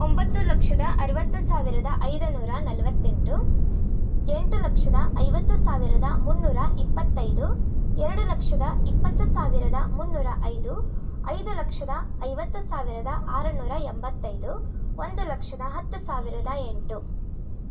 ಒಂಬತ್ತು ಲಕ್ಷದ ಅರವತ್ತು ಸಾವಿರದ ಐದುನೂರ ನಲವತ್ತೆಂಟು ಎಂಟು ಲಕ್ಷದ ಐವತ್ತು ಸಾವಿರದ ಮುನ್ನೂರ ಇಪ್ಪತ್ತೈದು ಎರಡು ಲಕ್ಷದ ಇಪ್ಪತ್ತು ಸಾವಿರದ ಮುನ್ನೂರ ಐದು ಐದು ಲಕ್ಷದ ಐವತ್ತು ಸಾವಿರದ ಆರುನೂರ ಎಂಬತ್ತೈದು ಒಂದು ಲಕ್ಷದ ಹತ್ತು ಸಾವಿರದ ಎಂಟು